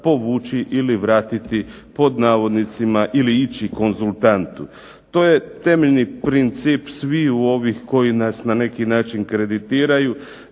povući ili "vratiti" ili ići konzultantu. To je temeljni princip sviju ovih koji nas na neki način kreditiraju